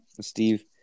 Steve